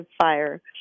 fire